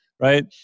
Right